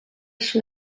sud